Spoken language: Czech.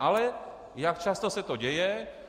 Ale jak často se to děje?